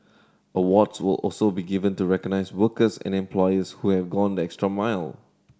awards will also be given to recognise workers and employers who have gone the extra mile